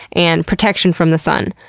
and protection from the sun.